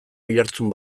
oihartzun